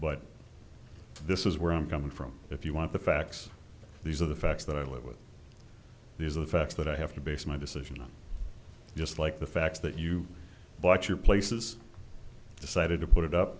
but this is where i'm coming from if you want the facts these are the facts that i live with these are the facts that i have to base my decision on just like the facts that you bought your places decided to put it up